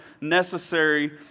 necessary